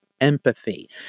empathy